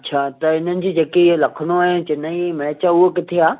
अच्छा त हिननि जी जेकी लखनऊ ऐं चेन्नई जी मैच आहे उहा किथे आहे